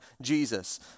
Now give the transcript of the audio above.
Jesus